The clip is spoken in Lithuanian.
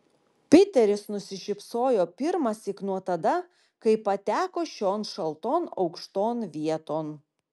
piteris nusišypsojo pirmąsyk nuo tada kai pateko šion šalton aukšton vieton